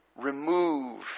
remove